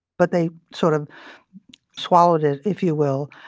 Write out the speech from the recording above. but they sort of swallowed it, if you will,